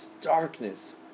darkness